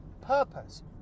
purpose